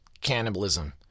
cannibalism